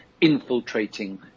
infiltrating